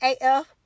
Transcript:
AF